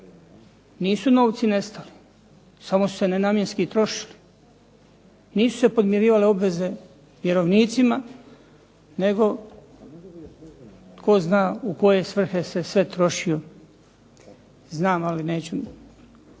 Nisu novci nestali, samo su se nenamjenski trošili. Nisu se podmirivale obveze vjerovnicima, nego tko zna u koje svrhe se sve trošio. Znam ali neću